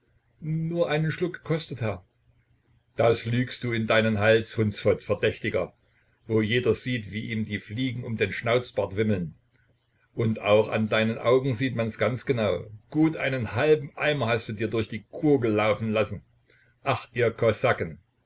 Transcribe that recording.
nur einen schluck gekostet herr das lügst du in deinen hals hundsfott verdächtiger wo jeder sieht wie ihm die fliegen um den schnauzbart wimmeln und auch an deinen augen sieht man's ganz genau gut einen halben eimer hast du dir durch die gurgel laufen lassen ach ihr kosaken